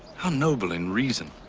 how noble in reason